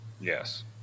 Yes